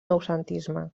noucentisme